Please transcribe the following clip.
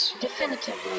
definitively